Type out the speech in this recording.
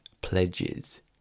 pledges